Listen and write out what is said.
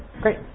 Great